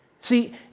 See